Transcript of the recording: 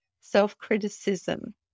self-criticism